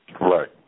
Right